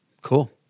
Cool